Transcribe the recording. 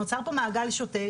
נוצר פה מעגל שוטה,